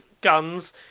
guns